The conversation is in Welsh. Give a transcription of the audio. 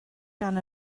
gan